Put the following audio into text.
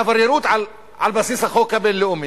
עבריינות על בסיס החוק הבין-לאומי,